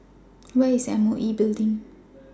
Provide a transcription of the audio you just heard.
Where IS M O E Building